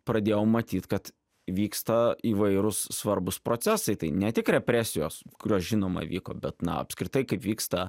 pradėjau matyt kad vyksta įvairūs svarbūs procesai tai ne tik represijos kurios žinoma vyko bet na apskritai kaip vyksta